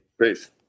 Peace